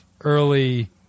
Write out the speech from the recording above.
early